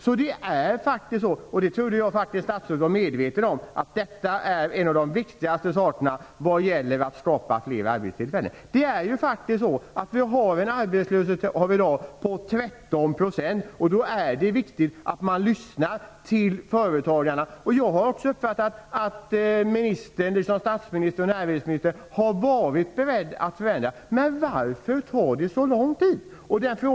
Jag trodde faktiskt att statsrådet också var medveten om att det här är en av de viktigaste åtgärderna för att skapa flera arbetstillfällen. I dag är arbetslösheten 13 %. Då är det viktigt att man lyssnar till företagarna. Jag har också uppfattat att statsministern och näringsministern har varit beredda att förändra det här. Varför tar det så lång tid?